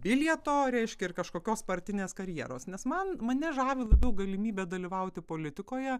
bilieto reiškia ir kažkokios partinės karjeros nes man mane žavi labiau galimybė dalyvauti politikoje